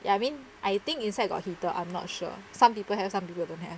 I mean I think inside got heater I'm not sure some people have some people don't have